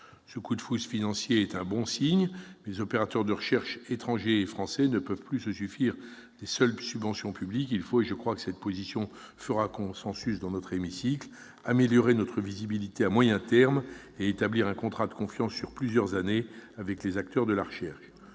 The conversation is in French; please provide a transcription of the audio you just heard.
Ce coup de pouce financier est un bon signe, mais les opérateurs de recherche français et étrangers ne peuvent plus se suffit des seules subventions publiques. Il faut, et je crois que cette position fera consensus dans cet hémicycle, améliorer notre visibilité à moyen terme et établir un contrat de confiance sur plusieurs années avec les acteurs de la recherche.